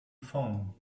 phone